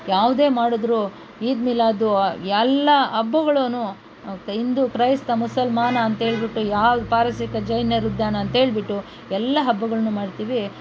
ಯಾವುದೇ ಮಾಡಿದ್ರು ಈದ್ ಮಿಲಾದು ಎಲ್ಲ ಹಬ್ಬಗಳೂ ಹಿಂದೂ ಕ್ರೈಸ್ತ ಮುಸಲ್ಮಾನ ಅಂಥೇಳ್ಬಿಟ್ಟು ಯಾವ ಪಾರಸಿಕ ಜೈನರುದ್ಯಾನ ಅಂಥೇಳ್ಬಿಟ್ಟು ಎಲ್ಲ ಹಬ್ಬಗಳನ್ನು ಮಾಡ್ತೀವಿ